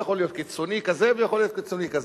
הוא יכול להיות קיצוני כזה ויכול להיות קיצוני כזה.